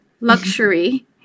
luxury